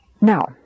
Now